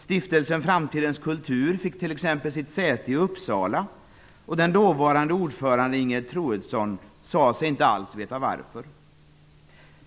Stiftelsen Framtidens kultur fick t.ex. sitt säte i Uppsala, den dåvarande ordföranden Ingegerd Troedsson sade sig inte alls veta varför.